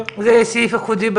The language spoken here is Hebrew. זה פרויקט